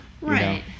Right